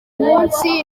munsi